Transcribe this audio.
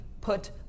put